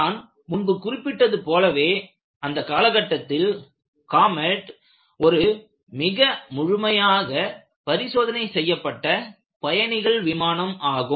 நான் முன்பு குறிப்பிட்டது போலவே அந்த அக்காலகட்டத்தில் காமெட் ஒரு மிக முழுமையாக பரிசோதனை செய்யப்பட்ட பயணிகள் விமானம் ஆகும்